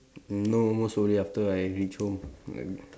no most probably after I reach home like